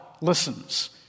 listens